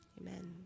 Amen